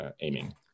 aiming